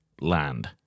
land